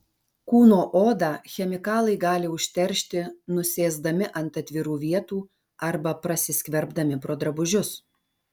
kūno odą chemikalai gali užteršti nusėsdami ant atvirų vietų arba prasiskverbdami pro drabužius